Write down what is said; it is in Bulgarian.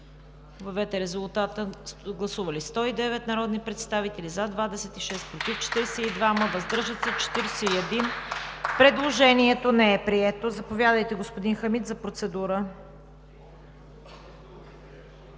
– чл. 360. Гласували 109 народни представители: за 26, против 42, въздържали се 41. Предложението не е прието. Заповядайте, господин Хамид, за процедура.